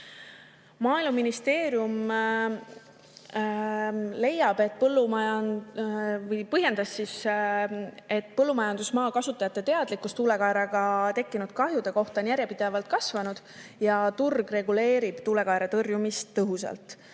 Maaeluministeerium põhjendas, et põllumajandusmaa kasutajate teadlikkus tuulekaeraga tekkinud kahjudest on järjepidevalt kasvanud ja turg reguleerib tuulekaera tõrjumist tõhusamalt,